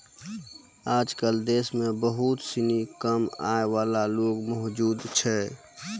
आजकल देश म बहुत सिनी कम आय वाला लोग मौजूद छै